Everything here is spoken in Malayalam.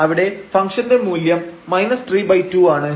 അവിടെ ഫംഗ്ഷന്റെ മൂല്യം 32 ആണ്